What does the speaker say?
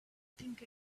think